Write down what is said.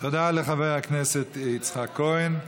תודה לחבר הכנסת יצחק כהן.